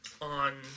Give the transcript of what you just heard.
on